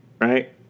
right